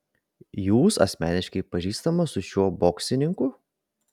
jūs asmeniškai pažįstamas su šiuo boksininku